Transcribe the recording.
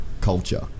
culture